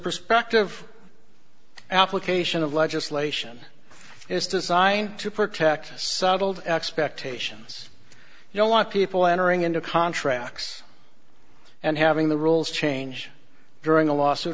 perspective application of legislation is designed to protect settled expectations you don't want people entering into contracts and having the rules change during a lawsuit